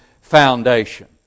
foundation